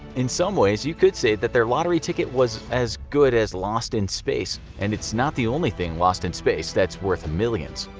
in some ways, you could say that their lottery ticket was as good as lost in space. and it's not the only thing lost in space that's worth millions,